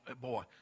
boy